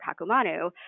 Kakumanu